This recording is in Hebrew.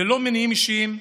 ללא מניעים אישיים,